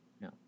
No